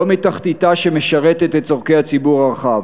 מתחתיתה שמשרתת את צורכי הציבור הרחב.